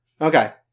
Okay